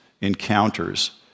encounters